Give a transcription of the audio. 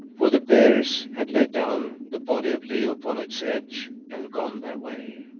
for the bearers had laid down the body of leo upon its edge and gone their way.